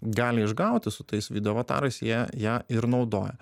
gali išgauti su tais video vakarais jie ją ir naudoja